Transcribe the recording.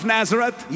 Nazareth